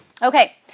Okay